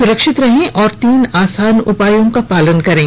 सुरक्षित रहें और तीन आसान उपायों का पालन करें